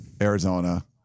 Arizona